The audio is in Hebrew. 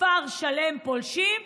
כפר שלם פולשים,